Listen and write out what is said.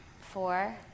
Four